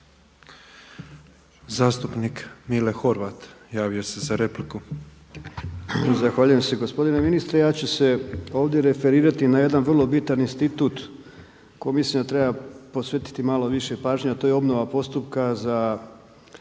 Zastupnik Mile Horvat, javio se za repliku.